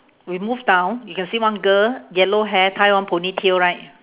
we move down you can see one girl yellow hair tie one ponytail right